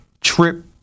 trip